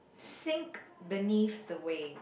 sink beneath the wave